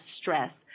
stress